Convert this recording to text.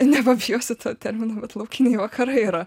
nepabijosiu to termino laukiniai vakarai yra